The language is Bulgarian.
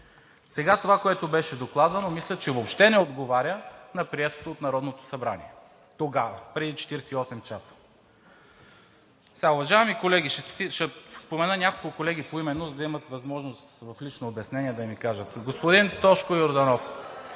1. Това, което сега беше докладвано, мисля, че въобще не отговаря на приетото от Народното събрание тогава – преди 48 ч. Уважаеми колеги, ще спомена няколко колеги поименно, за да имат възможност в лично обяснение да ми кажат. Господин Тошко Йорданов,...